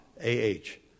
A-H